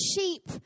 sheep